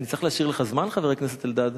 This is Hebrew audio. אני צריך להשאיר לך זמן, חבר הכנסת אלדד?